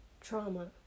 Trauma